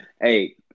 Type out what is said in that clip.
Hey